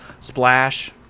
splash